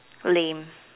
lame